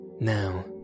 Now